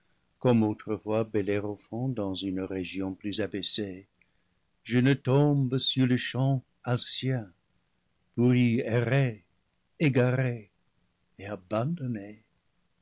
comme autrefois bellérophon dans une région plus abaissée je ne tombe sur le champ alcien pour y errer égaré et abandonné